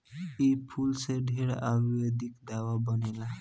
इ फूल से ढेरे आयुर्वेदिक दावा बनेला